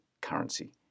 currency